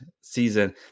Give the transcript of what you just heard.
season